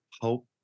hope